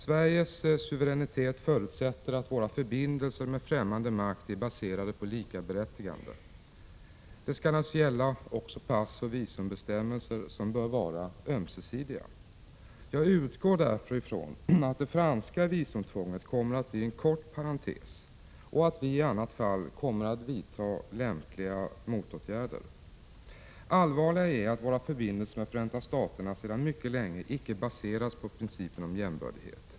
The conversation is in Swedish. Sveriges suveränitet förutsätter att våra förbindelser med främmande makt är baserade på likaberättigande. Det skall naturligtvis gälla också passoch visumbestämmelser, som bör vara ömsesidiga. Jag utgår därför från att det franska visumtvånget kommer att bli en kort parentes och att vi i annat fall kommer att vidta lämpliga motåtgärder. Allvarligare är att våra förbindelser med Förenta Staterna sedan mycket länge icke baseras på principen om jämbördighet.